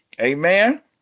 Amen